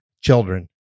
children